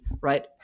right